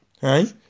Hey